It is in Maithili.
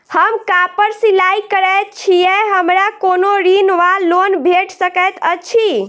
हम कापड़ सिलाई करै छीयै हमरा कोनो ऋण वा लोन भेट सकैत अछि?